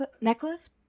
Necklace